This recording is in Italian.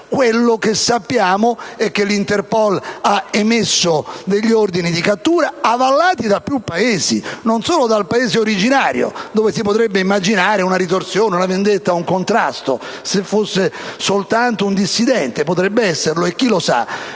Quello che sappiamo è che l'Interpol ha emesso ordini di cattura avallati da più Paesi, non solo dal suo Paese originario, dove si potrebbe immaginare una ritorsione, una vendetta o un contrasto, se fosse soltanto un dissidente. Potrebbe esserlo (chi lo sa?),